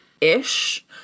ish